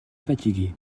fatigué